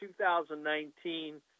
2019